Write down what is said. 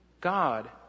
God